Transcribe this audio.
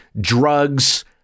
drugs